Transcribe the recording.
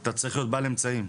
אתה צריך להיות בעל אמצעים.